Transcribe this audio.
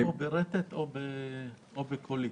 יש או ברטט או בחיווי קולי.